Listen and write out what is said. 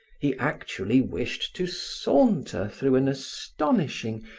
he actually wished to saunter through an astonishing,